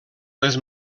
les